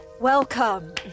welcome